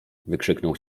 wykrzyknął